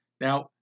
Now